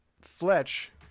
Fletch